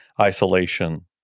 isolation